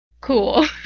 Cool